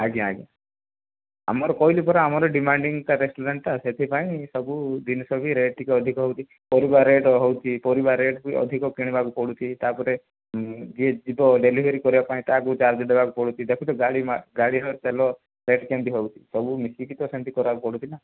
ଆଜ୍ଞା ଆଜ୍ଞା ଆମର କହିଲି ପରା ଆମର ଡିମାଣ୍ଡିଂ ରେଷ୍ଟୁରାଣ୍ଟଟା ସେଥିପାଇଁ ସବୁ ଜିନିଷ ବି ରେଟ ଟିକେ ଅଧିକ ହେଉଛି ପରିବା ରେଟ ହେଉଛି ପରିବା ରେଟ ବି ଅଧିକ କିଣିବାକୁ ପଡ଼ୁଛି ତାପରେ ଯିଏ ଯିବ ଡେଲିଭେରି କରିବା ପାଇଁ ତାକୁ ଚାର୍ଜ ଦେବାକୁ ପଡ଼ୁଛି ଦେଖୁଛ ଗାଡ଼ି ଗାଡ଼ିର ତେଲ ରେଟ କେମିତି ହେଉଛି ସବୁ ମିଶିକି ତ ସେମିତି କରିବାକୁ ପଡ଼ୁଛି ନା